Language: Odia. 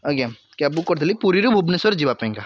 ଆଜ୍ଞା କ୍ୟାବ୍ ବୁକ୍ କରିଥିଲି ପୁରୀରୁ ଭୁବନେଶ୍ୱର ଯିବାପାଇଁକା